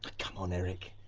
come on, eric,